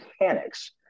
mechanics